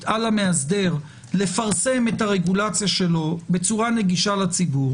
על המאסדר לפרסם את הרגולציה שלו בצורה נגישה לציבור.